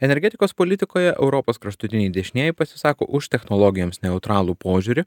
energetikos politikoje europos kraštutiniai dešinieji pasisako už technologijoms neutralų požiūrį